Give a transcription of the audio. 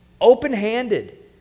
open-handed